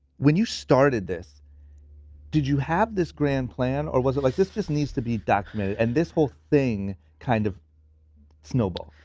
when you started this did you have this grand plan or was it like this just needs to be documented and this whole thing kind of snowballed?